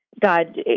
God